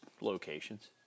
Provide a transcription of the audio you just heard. locations